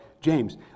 James